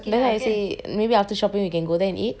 say maybe after shopping we can go there and eat